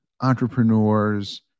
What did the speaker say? entrepreneurs